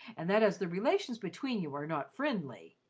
and that as the relations between you are not friendly,